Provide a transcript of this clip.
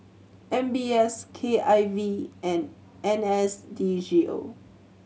M B S K I V and N S D G O